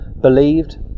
believed